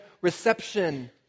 reception